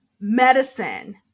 medicine